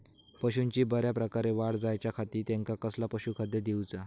पशूंची बऱ्या प्रकारे वाढ जायच्या खाती त्यांका कसला पशुखाद्य दिऊचा?